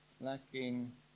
lacking